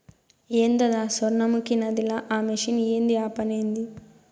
ఏందద సొర్ణముఖి నదిల ఆ మెషిన్ ఏంది ఆ పనేంది